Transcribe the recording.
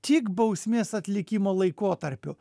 tik bausmės atlikimo laikotarpiu